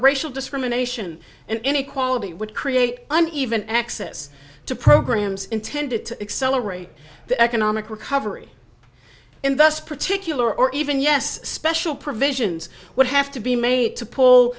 racial discrimination and inequality would create an even access to programs intended to accelerate the economic recovery and thus particular or even yes special provisions would have to be made to pull